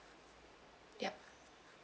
ya